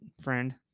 friend